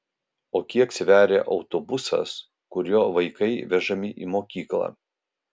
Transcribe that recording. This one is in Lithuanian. o kiek sveria autobusas kuriuo vaikai vežami į mokyklą